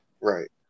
Right